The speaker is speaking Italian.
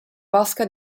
vasca